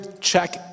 check